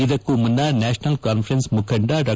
ಇದಕ್ಕೂ ಮುನ್ನ National Conference ಮುಖಂಡ ಡಾ